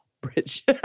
bridge